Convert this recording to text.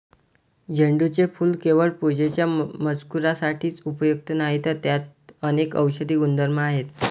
झेंडूचे फूल केवळ पूजेच्या मजकुरासाठी उपयुक्त नाही, तर त्यात अनेक औषधी गुणधर्म आहेत